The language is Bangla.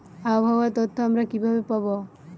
আবহাওয়ার তথ্য আমরা কিভাবে পাব?